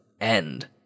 end